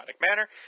manner